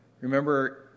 Remember